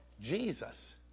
Jesus